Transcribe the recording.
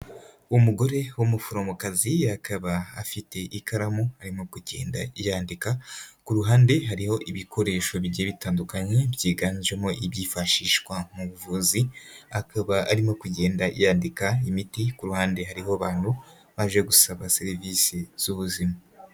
umugore w'umuforomokazi akaba afite ikaramu arimo kugenda yandika, ku ruhande hariho ibikoresho bigiye bitandukanye byiganjemo ibyifashishwa mu buvuzi, akaba arimo kugenda yandika imiti ku ruhande hariho abantu baje gusaba serivisi z'ubuzima.